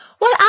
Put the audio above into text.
Well